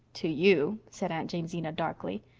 to you, said aunt jamesina darkly.